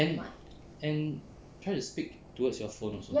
and and try to speak towards your phone also